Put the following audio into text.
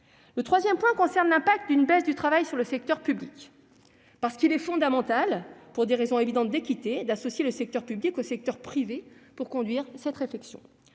Le troisième point concerne l'impact d'une baisse du travail sur le secteur public. Il est en effet fondamental, pour des raisons évidentes d'équité, d'associer le secteur public au secteur privé pour conduire cette réflexion.